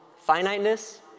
finiteness